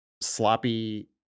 sloppy